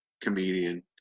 comedian